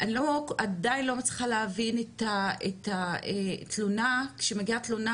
עדיין לא מצליחה להבין כשמגיעה תלונה